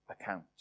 account